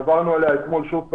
עברנו עליה אתמול שוב פעם.